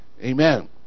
Amen